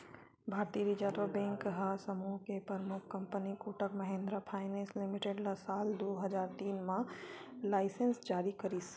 भारतीय reserve bank ह समूह के परमुख company Kotak Mahindra finance limited ल साल दू हजार तीन म लाइनेंस जारी करिस